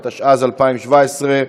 התשע"ז 2017,